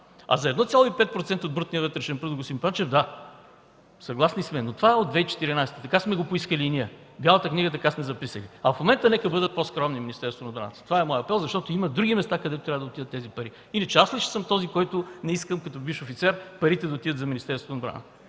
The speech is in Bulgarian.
За 1,5% от брутния вътрешен продукт, господин Панчев – да, съгласни сме, но това е от две хиляди и четиринадесета. Така сме го поискали и ние, в Бялата книга така сме записали. В момента нека бъдат по-скромни от Министерството на отбраната – това е моят апел, защото има други места, където трябва да отидат тези пари. Иначе аз ли ще съм този, който не иска, като бивш офицер, парите да отидат за Министерството на отбраната?